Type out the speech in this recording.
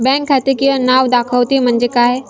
Bank खाते किंवा नाव दाखवते म्हणजे काय?